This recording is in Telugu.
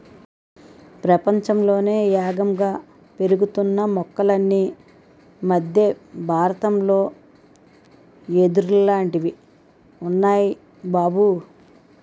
ప్రపంచంలోనే యేగంగా పెరుగుతున్న మొక్కలన్నీ మద్దె బారతంలో యెదుర్లాటివి ఉన్నాయ్ బాబూ